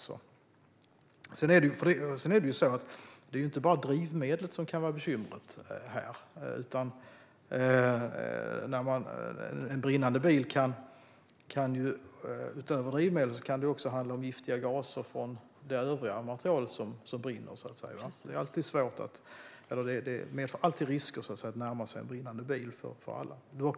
Sedan är det inte bara drivmedlet som kan vara bekymret, utan en brinnande bil kan även släppa ifrån sig giftiga gaser från det övriga materialet som brinner. Det medför alltid risker att närma sig en brinnande bil.